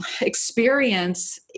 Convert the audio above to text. experience